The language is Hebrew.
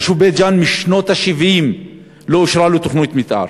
היישוב בית-ג'ן משנות ה-70 לא אושרה לו תוכנית מתאר.